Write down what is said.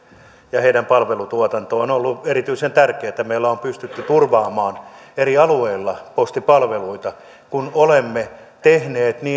ja heidän palvelutuotantonsa on ollut erityisen tärkeätä meillä on pystytty turvaamaan eri alueilla postipalveluita kun olemme tehneet